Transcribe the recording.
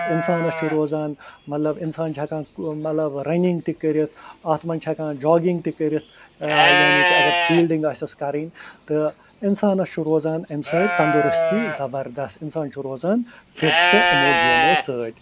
اِنسانَس چھُ روزان مطلب اِنسان چھُ ہٮ۪کان مطلب رَنِنٛگ تہِ کٔرِتھ اَتھ منٛز چھِ ہٮ۪کان جاگِنٛگ تہِ کٔرِتھ یعنی کہِ اَگر فیٖلڈِنٛگ آسٮ۪س کَرٕنۍ تہٕ اِنسانَس چھُ روزان اَمہِ سۭتۍ تَندرُستی زبردس اِنسان چھُ روزان فِٹ تہٕ یِمو گیمَو سۭتۍ